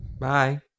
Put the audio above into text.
Bye